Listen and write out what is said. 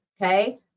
okay